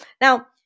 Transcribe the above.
Now